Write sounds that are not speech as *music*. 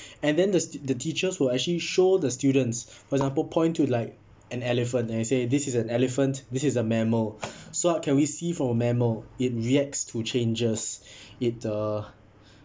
and then the the teachers will actually show the students for example point to like an elephant and say this is an elephant this is a mammal *breath* so what can we see from a mammal it reacts to changes it the